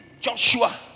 Joshua